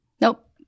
Nope